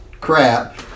crap